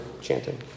chanting